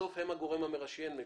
בסוף הם הגורם המרשיין מבחינתי.